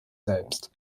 selbst